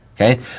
Okay